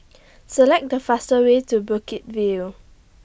Select The faster Way to Bukit View